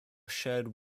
shared